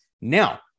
Now